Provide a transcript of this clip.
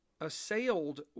assailed